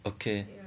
okay